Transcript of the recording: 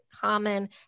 common